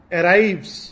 arrives